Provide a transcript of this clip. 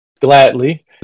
Gladly